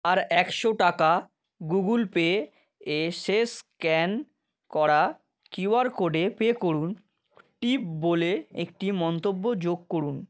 আর একশো টাকা Google Pay এ শেষ স্ক্যান করা কিউ আর কোডে পে করুন টিপ বলে একটি মন্তব্য যোগ করুন